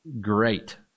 great